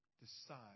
decide